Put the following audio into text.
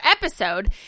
episode